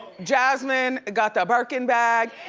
jasmine got the birkin bag.